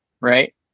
right